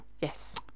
yes